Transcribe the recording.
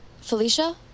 Felicia